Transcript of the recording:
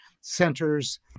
centers